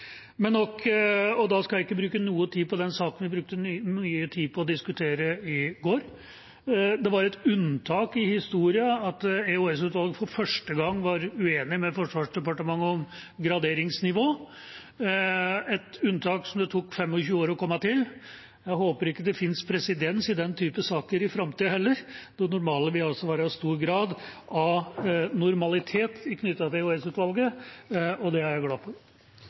Da skal jeg ikke bruke noe tid på den saken vi brukte mye tid på å diskutere i går. Det var et unntak i historien at EOS-utvalget for første gang var uenig med Forsvarsdepartementet om graderingsnivå – et unntak som det tok 25 år å komme til. Jeg håper ikke det finnes presedens i den typen saker i framtida heller. Det normale vil altså i stor grad være normalitet knyttet til EOS-utvalget, og det er jeg glad for.